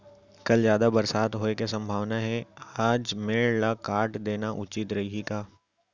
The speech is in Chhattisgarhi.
कल जादा बरसात होये के सम्भावना हे, आज मेड़ ल काट देना उचित रही का?